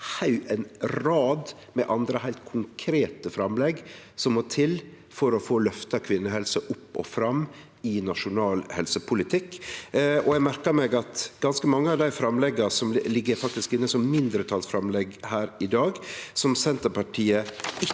ei rad med andre heilt konkrete framlegg som må til for å få løfta kvinnehelse opp og fram i nasjonal helsepolitikk. Eg merkar meg at ganske mange av dei framlegga faktisk ligg inne som mindretalsframlegg her i dag. Senterpartiet